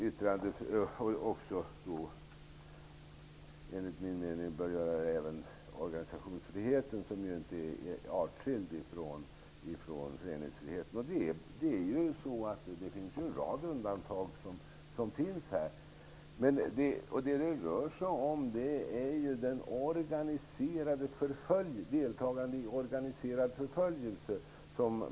Detsamma bör enligt min mening gälla i fråga om organisationsfriheten, som ju inte är artskild från yttrandefriheten. Det finns en rad undantag i detta sammanhang. Vad det rör sig om är att vi måste få starkare instrument för att bekämpa deltagandet i organiserad förföljelse.